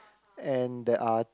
and there are